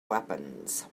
weapons